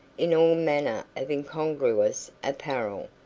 in all manner of incongruous apparel,